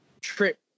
trip